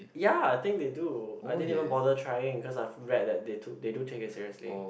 ya I think they do I didn't even bother trying cause I've read that they too they do take it seriously